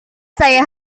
saya